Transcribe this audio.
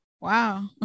Wow